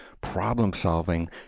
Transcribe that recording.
problem-solving